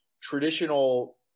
traditional